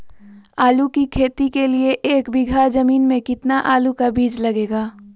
आलू की खेती के लिए एक बीघा जमीन में कितना आलू का बीज लगेगा?